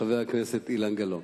חבר הכנסת אילן גילאון.